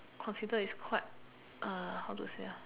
consider is quite uh how to say ah